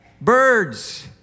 birds